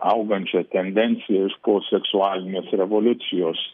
augančia tendencija iš po seksualinės revoliucijos